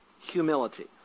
Humility